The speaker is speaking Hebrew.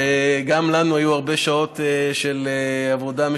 שגם לנו היו הרבה שעות משותפות של עבודה,